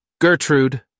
Gertrude